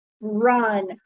run